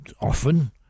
often